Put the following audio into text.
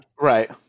Right